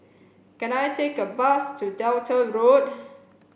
can I take a bus to Delta Road